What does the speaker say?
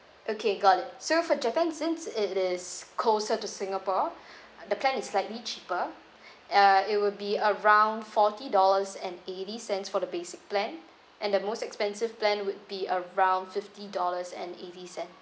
okay got it so for japan since it is closer to singapore the plan is slightly cheaper uh it will be around forty dollars and eighty cents for the basic plan and the most expensive plan would be around fifty dollars and eighty cents